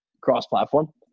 cross-platform